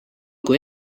kui